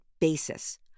basis